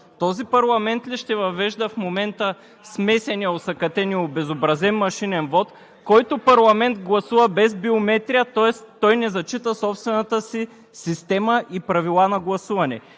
Този парламент ли ще въвежда в момента смесения, осакатен и обезобразен машинен вот, който парламент гласува без биометрия, тоест той не зачита собствената си система и правила на гласуване?!